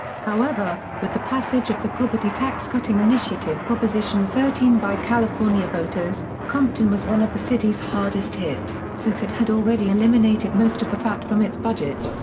however, with the passage of the property tax cutting initiative proposition thirteen by california voters, compton was one of the cities hardest hit, since it had already eliminated most of the fat from its budget.